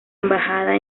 embajada